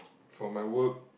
for my work